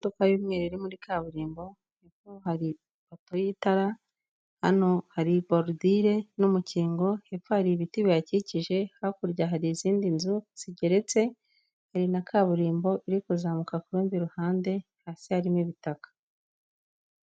Imodoka y'umweru iri muri kaburimbo hepfo hari ipoto y'itara, hano hari borudire n'umukingo, hepfo hari ibiti bihakikije, hakurya hari izindi nzu zigeretse hari na kaburimbo iri kuzamuka ku rundi ruhande hasi harimo ibitaka.